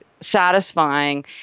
satisfying